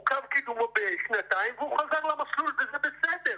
עוכב קידומו בשנתיים והוא חזר למסלול, וזה בסדר,